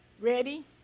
Ready